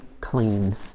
clean